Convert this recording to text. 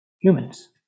humans